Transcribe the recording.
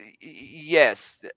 Yes